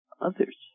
Others